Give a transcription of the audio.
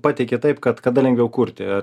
pateikė taip kad kada lengviau kurti